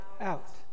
out